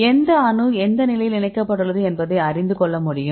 எந்த அணு எந்த நிலையில் இணைக்கப்பட்டுள்ளது என்பதை அறிந்து கொள்ள முடியும்